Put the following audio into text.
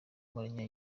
mourinho